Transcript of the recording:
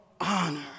honor